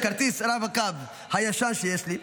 הרב-קו הישן שיש לי,